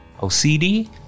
OCD